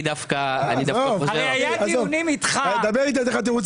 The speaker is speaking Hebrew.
הייתי בקשר עם טמיר כל